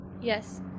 yes